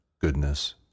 goodness